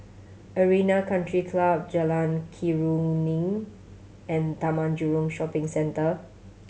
Arena Country Club Jalan Keruing and Taman Jurong Shopping Centre